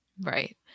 Right